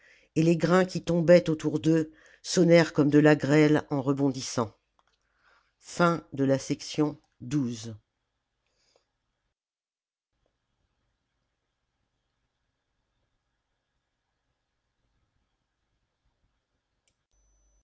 et les grains qui tombaient autour d'eux sonnèrent comme de la grêle en rebondissant